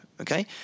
okay